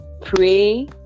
Pray